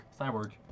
Cyborg